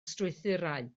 strwythurau